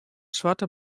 swarte